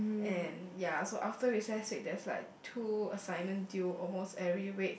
and ya so after recess week there's like two assignment due almost every week